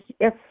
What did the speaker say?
Yes